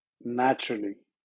naturally